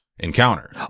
encounter